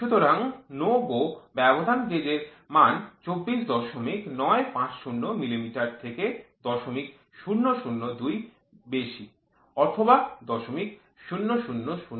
সুতরাং NO GO ব্যবধান gauge এর মান ২৪৯৫০ মিলিমিটার থেকে ০০০২ বেশি অথবা ০০০০ কম